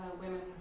women